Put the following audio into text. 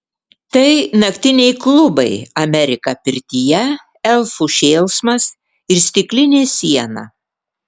tai naktiniai klubai amerika pirtyje elfų šėlsmas ir stiklinė siena